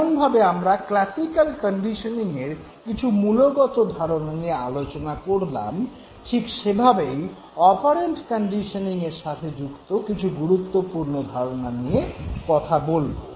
যেমনভাবে আমরা classical conditioning এর কিছু মূলগত ধারণা নিয়ে আলোচনা করলাম ঠিক সেভাবেই এবারে অপারেন্ট কন্ডিশনিং এর সাথে যুক্ত কিছু গুরুত্বপূর্ণ ধারণা নিয়ে কথা বলব